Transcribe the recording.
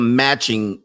matching